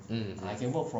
mm mm